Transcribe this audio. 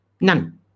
None